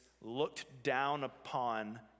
looked-down-upon